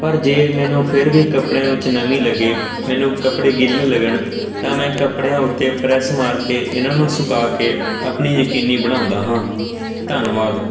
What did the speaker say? ਪਰ ਜੇ ਮੈਨੂੰ ਫਿਰ ਵੀ ਕੱਪੜਿਆਂ ਵਿੱਚ ਨਮੀ ਲੱਗੇ ਮੈਨੂੰ ਕੱਪੜੇ ਗਿੱਲੇ ਲੱਗਣ ਤਾਂ ਮੈਂ ਕੱਪੜਿਆਂ ਉੱਤੇ ਪ੍ਰੈੱਸ ਮਾਰ ਕੇ ਇਹਨਾਂ ਨੂੰ ਸੁਕਾ ਕੇ ਆਪਣੀ ਯਕੀਨੀ ਬਣਾਉਂਦਾ ਹਾਂ ਧੰਨਵਾਦ